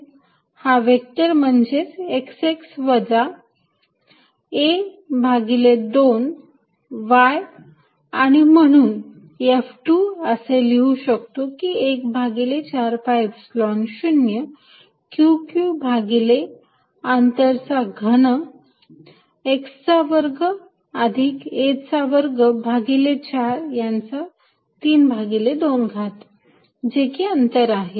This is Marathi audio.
हा व्हेक्टर म्हणजेच x x वजा a भागिले 2 y आणि म्हणून F2 असे लिहू शकतो की एक भागिले 4 pi Epsilon 0 Q q भागिले अंतर चा घन x चा वर्ग अधिक a चा वर्ग भागिले 4 याचा 32 घात जे की अंतर आहे